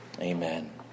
Amen